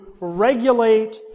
regulate